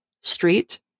Street